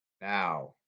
Now